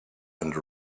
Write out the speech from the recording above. and